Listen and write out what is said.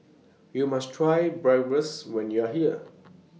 YOU must Try Bratwurst when YOU Are here